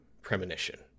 premonition